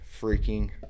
freaking